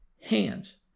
hands